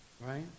Right